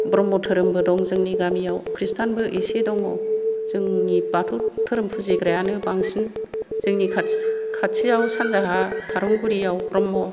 ब्रह्म धोरोमबो दं जोंनि गामियाव खृष्टानबो एसे दङ जोंनि बाथौ धोरोम फुजिग्रायानो बांसिन जोंनि खाथि खाथियाव सानजाहा थारंगुरियाव ब्रह्म